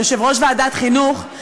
יושב-ראש ועדת חינוך,